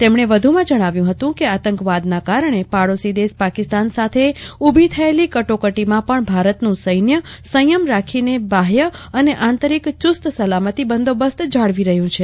તેમને વધુંમાં જણાવ્યું હતું કેઆતંકવાદના કારણે પાડોશી દેશ પાકિસ્તાન સાથે ઉભી થયેલી કટોકટીમાં પણ ભારતનું સૈન્ય સંયમ રાખીને બાહ્ય ને આંતરિક ચુસ્ત સલામતી બંદોબસ્ત જાળવી રહ્યું છે